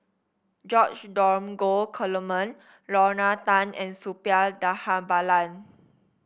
George Dromgold Coleman Lorna Tan and Suppiah Dhanabalan